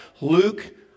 Luke